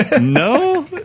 No